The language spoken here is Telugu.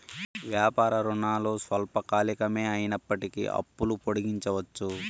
వ్యాపార రుణాలు స్వల్పకాలికమే అయినప్పటికీ అప్పులు పొడిగించవచ్చు